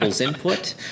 input